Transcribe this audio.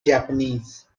japanese